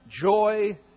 joy